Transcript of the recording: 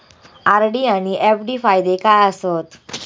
RD आनि FD फायदे काय आसात?